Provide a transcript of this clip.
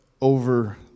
over